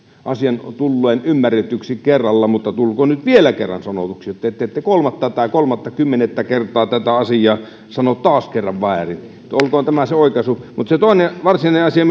asian tulleen ymmärretyksi kerralla mutta tulkoon nyt vielä kerran sanotuksi ettette te kolmatta tai kolmattakymmenettä kertaa tätä asiaa sano taas kerran väärin olkoon tämä se oikaisu mutta se toinen varsinainen asia